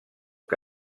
que